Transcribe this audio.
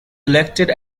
elected